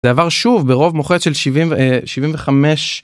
דבר שוב ברוב מוחץ של 75.